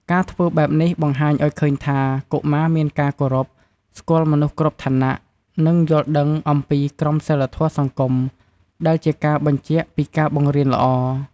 ការធ្វើបែបនេះបង្ហាញឲ្យឃើញថា កុមារមានការគោរព ស្គាល់មនុស្សគ្រប់ឋានៈ និងយល់ដឹងអំពីក្រមសីលធម៌សង្គម ដែលជាការបញ្ជាក់ពីការបង្រៀនល្អ